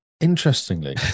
interestingly